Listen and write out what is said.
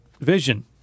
vision